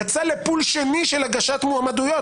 יצא ל-פול שני של הגשת מועמדויות.